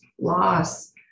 loss